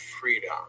freedom